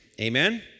Amen